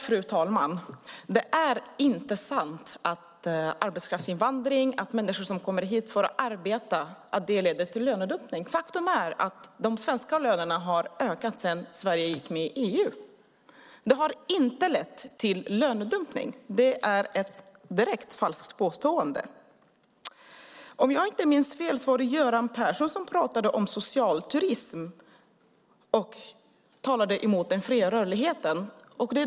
Fru talman! Det är inte sant att arbetskraftsinvandring - människor som kommer hit för att arbeta - leder till lönedumpning. Faktum är att de svenska lönerna har ökat sedan Sverige gick med i EU. Det har inte lett till lönedumpning. Det är ett falskt påstående. Om jag inte minns fel var det Göran Persson som pratade om socialturism och var emot den fria rörligheten.